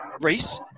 Reese